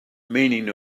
meaning